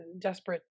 desperate